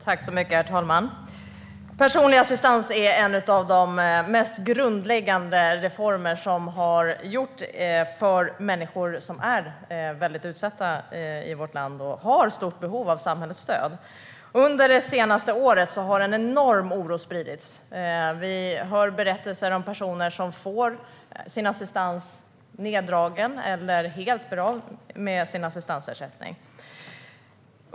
Herr talman! Personlig assistans är en av de mest grundläggande reformer som har gjorts för människor i vårt land som är väldigt utsatta och som har ett stort behov av stöd från samhället. Under det senaste året har en enorm oro spridits. Vi hör berättelser om personer som får sin assistans neddragen eller helt blir av med sin assistansersättning.